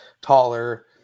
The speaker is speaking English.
taller